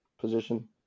position